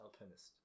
Alpinist